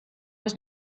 was